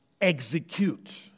execute